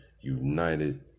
United